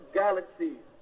galaxies